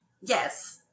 Yes